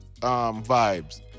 vibes